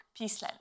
Peaceland